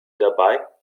dabei